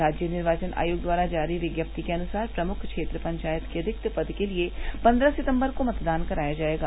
राज्य निर्वाचन आयोग द्वारा जारी विज्ञप्ति के अनुसार प्रमुख क्षेत्र पंचायत के रिक्त पद के लिए पन्द्रह सितम्बर को मतदान कराया जायेगा